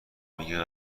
میگه